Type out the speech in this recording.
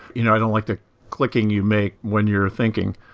you know i don't like the clicking you make when you're thinking.